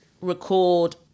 record